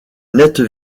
nette